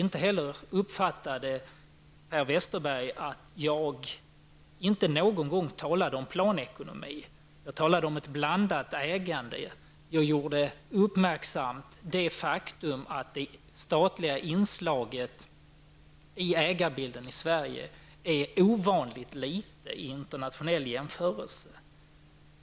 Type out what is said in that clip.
Per Westerberg uppfattade inte heller att jag inte någon gång talade om planekonomi. Jag talade om ett blandat ägande, jag gjorde kammaren uppmärksam på det faktum att det statliga inslaget i ägarbilden i Sverige är ovanligt litet vid en internationell jämförelse.